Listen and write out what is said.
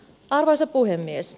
arvoisa puhemies